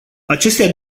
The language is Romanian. acestea